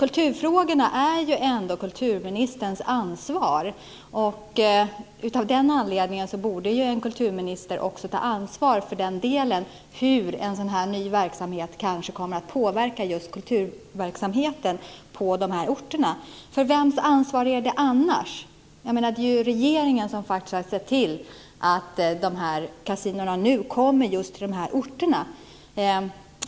Kulturfrågorna är ändå kulturministerns ansvar, och av den anledningen borde en kulturminister också ta ansvar för den del som gäller hur en sådan här ny verksamhet kanske kommer att påverka just kulturverksamheten på de här orterna. Vems ansvar är det annars? Det är ju regeringen som har sett till att kasinona nu kommer till just de här orterna.